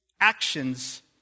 actions